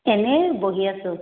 এনেই বহি আছোঁ